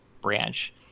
branch